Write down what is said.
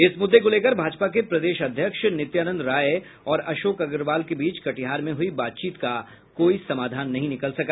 इस मूद्दे को लेकर भाजपा के प्रदेश अध्यक्ष नित्यानंद राय और अशोक अग्रवाल के बीच कटिहार में हुई बातचीत का कोई समाधान नहीं निकल सका